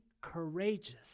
courageous